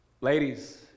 ladies